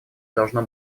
должно